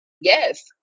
Yes